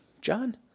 John